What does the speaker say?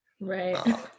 Right